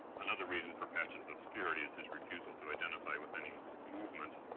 another reason for patchen's obscurity is his refusal to identify with any movement,